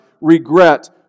regret